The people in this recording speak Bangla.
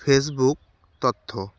ফেসবুক তথ্য